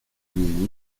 milly